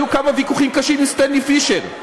היו כמה ויכוחים קשים עם סטנלי פישר,